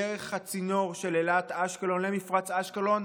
דרך הצינור של אילת אשקלון למפרץ אשקלון,